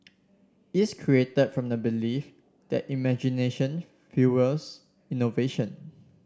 is created from the belief that imagination fuels innovation